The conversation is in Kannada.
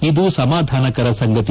ಇದು ಸಮಾಧಾನಕರ ಸಂಗತಿ